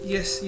Yes